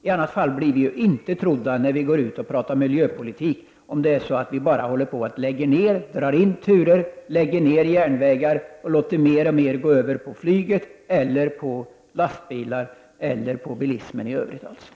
I annat fall blir vi inte trodda när vi går ut och pratar om miljöpolitik, om vi bara lägger ned järnvägar, drar in turer och låter mer och mer trafik gå över till flyg, lastbilar och övrig bilism.